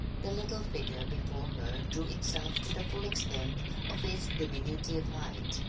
the little figure before her drew itself to the full extent of its diminutive height.